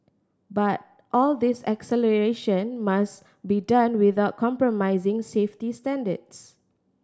but all this acceleration must be done without compromising safety standards